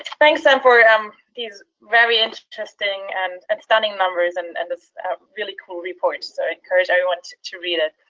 thanks then for um these very interesting and stunning numbers and and this really cool report. so i encourage everyone to read it.